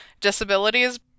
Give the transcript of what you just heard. disabilities